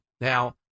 now